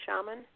shaman